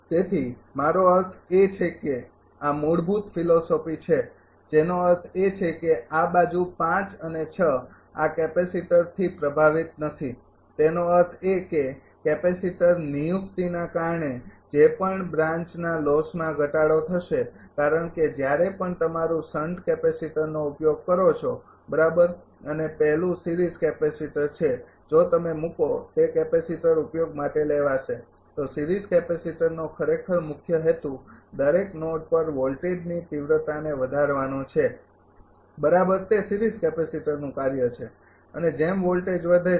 તેથી મારો અર્થ એ છે કે આ મૂળભૂત ફિલોસોફી છે જેનો અર્થ છે કે આ બાજુ અને આ કેપેસિટરથી પ્રભાવિત નથી તેનો અર્થ એ કે કેપેસિટર નિયુક્તિના કારણે જે પણ બ્રાન્ચના લોસમાં ઘટાડો થશે કારણ કે જ્યારે પણ તમારું શંટ કેપેસિટરનો ઉપયોગ કરો છો બરાબર અને પહેલું સિરીઝ કેપેસિટર છે જો તમે મૂકો તે કેપેસિટર ઉપયોગ માટે લેવાશે તો સિરીઝ કેપેસિટરનો ખરેખર મુખ્ય હેતુ દરેક નોડ પર વોલ્ટેજની તીવ્રતાને વધારવાનો છે બરાબર તે સીરીઝ કેપેસિટરનું કાર્ય છે અને જેમ વોલ્ટેજ વધે છે